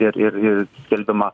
ir ir ir skelbimas